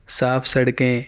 صاف سڑکیں